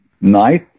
nice